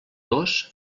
dos